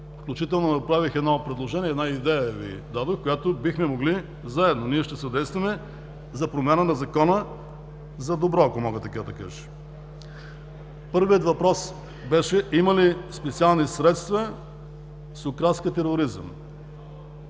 включително направих едно предложение, дадох Ви една идея, която бихме могли заедно, ние ще съдействаме, за промяна на Закона за добро, ако мога така да кажа. Първият въпрос беше: има ли специални средства с окраска тероризъм?